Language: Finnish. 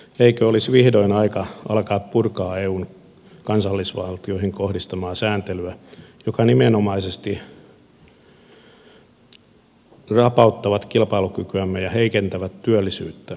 eikö olisi vihdoin aika alkaa purkaa eun kansallisvaltioihin kohdistamaa sääntelyä joka nimenomaisesti rapauttaa kilpailukykyämme ja heikentää työllisyyttä